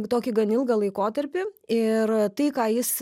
tokį gan ilgą laikotarpį ir tai ką jis